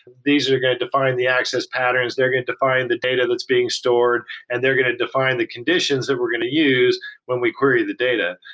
these are going to define the access patterns. they're going to define the data that's being stored and they're going to define the conditions that we're going to use when we query the data.